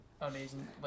amazing